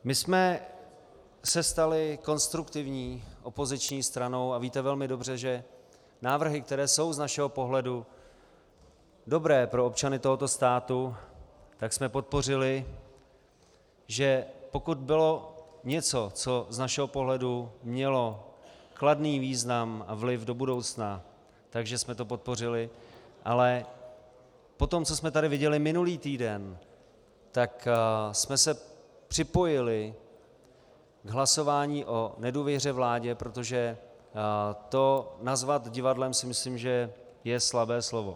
My jsme se stali konstruktivní opoziční stranou a víte velmi dobře, že návrhy, které jsou z našeho pohledu dobré pro občany tohoto státu, tak jsme podpořili, že pokud bylo něco, co z našeho pohledu mělo kladný význam a vliv do budoucna, tak že jsme to podpořili, ale po tom, co jsme tu viděli minulý týden, jsme se připojili k hlasování o nedůvěře vládě, protože nazvat to divadlem, si myslím, že je slabé slovo.